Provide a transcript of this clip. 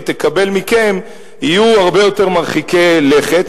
תקבל מכם יהיו הרבה יותר מרחיקי לכת,